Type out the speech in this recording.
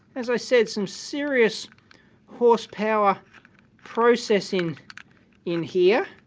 as i said, some serious horsepower processing in here.